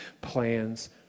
plans